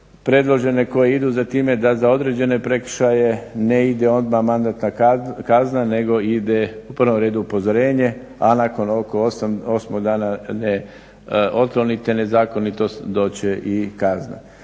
predložene koje idu za time da za određene prekršaje ne ide odmah mandatna kazna, nego ide u prvom redu upozorenje, a ako osmog dana ne otklonite nezakonitost doći će i kazna.